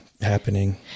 happening